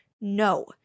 no